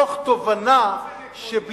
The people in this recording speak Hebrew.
מתוך תובנה, באופן עקרוני אנחנו בעד ההקפאה.